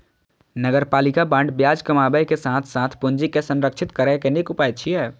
नगरपालिका बांड ब्याज कमाबै के साथ साथ पूंजी के संरक्षित करै के नीक उपाय छियै